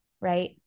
right